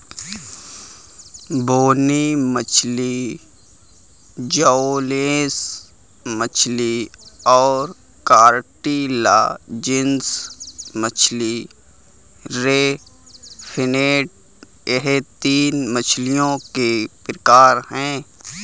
बोनी मछली जौलेस मछली और कार्टिलाजिनस मछली रे फिनेड यह तीन मछलियों के प्रकार है